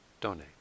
donate